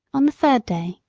on the third day,